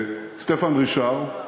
סטפן רישאר,